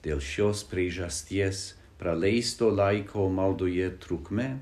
dėl šios priežasties praleisto laiko maldoje trukmė